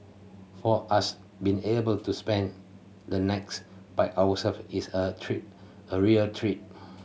for us being able to spend the by ourselves is a treat a real treat